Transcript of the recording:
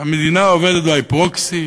שהמדינה עובדת by proxy,